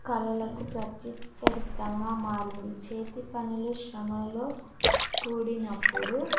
కళలకు ప్రత్యర్థిగా మారింది చేతి పనులు శ్రమలో కూడినప్పుడు